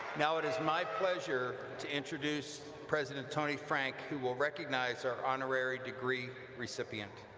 now it is my pleasure to introduce president tony frank who will recognize our honorary degree recipient.